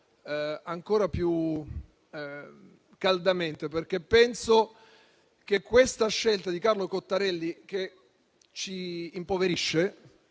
ancora più caldamente, perché penso che questa scelta di Carlo Cottarelli, che ci impoverisce